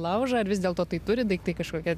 laužą ar vis dėlto tai turi daiktai kažkokią